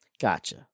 Gotcha